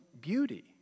beauty